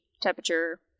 temperature